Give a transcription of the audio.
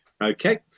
Okay